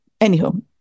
Anywho